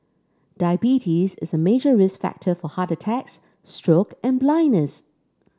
diabetes is a major risk factor for heart attacks stroke and blindness